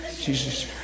Jesus